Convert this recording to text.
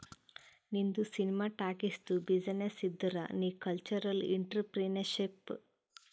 ನಿಂದು ಸಿನಿಮಾ ಟಾಕೀಸ್ದು ಬಿಸಿನ್ನೆಸ್ ಇದ್ದುರ್ ನೀ ಕಲ್ಚರಲ್ ಇಂಟ್ರಪ್ರಿನರ್ಶಿಪ್